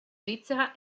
svizzera